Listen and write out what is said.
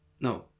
No